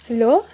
hello